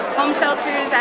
home shelters